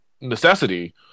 necessity